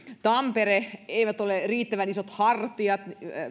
tampere eivät ole riittävän isot hartiat